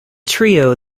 trio